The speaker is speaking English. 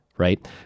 Right